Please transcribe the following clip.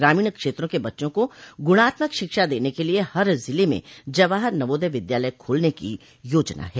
ग्रामीण क्षेत्रों के बच्चों को गुणात्मक शिक्षा देने के लिए हर जिले में जवाहर नवोदय विद्यालय खोलने की येाजना है